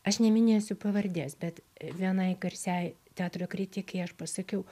aš neminėsiu pavardės bet vienai garsiai teatro kritikei aš pasakiau